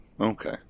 okay